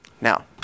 Now